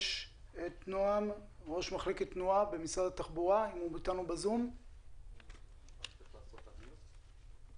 מה שרציתי לומר זה שמאחר שאנחנו מכירים את זה אנחנו מבצעים במגזר